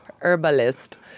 Herbalist